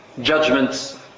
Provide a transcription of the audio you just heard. judgments